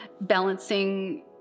balancing